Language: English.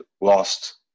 lost